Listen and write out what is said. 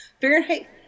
Fahrenheit